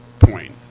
point